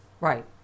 Right